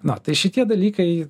na tai šitie dalykai